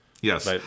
yes